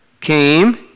came